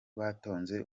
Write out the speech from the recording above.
batonze